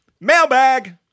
mailbag